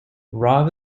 rob